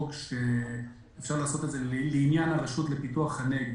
בחוק בקלות שאפשר לעשות את זה לעניין הרשות לפיתוח הנגב,